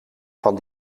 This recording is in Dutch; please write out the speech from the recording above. van